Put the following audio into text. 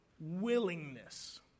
willingness